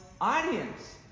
audience